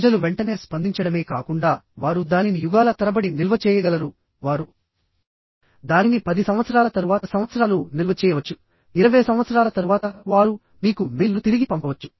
ప్రజలు వెంటనే స్పందించడమే కాకుండా వారు దానిని యుగాల తరబడి నిల్వ చేయగలరు వారు దానిని 10 సంవత్సరాల తరువాత సంవత్సరాలు నిల్వ చేయవచ్చు 20 సంవత్సరాల తరువాత వారు మీకు మెయిల్ను తిరిగి పంపవచ్చు